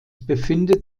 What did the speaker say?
befindet